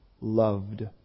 loved